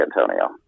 Antonio